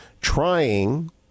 trying